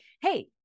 hey